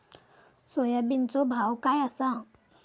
सोयाबीनचो भाव काय आसा?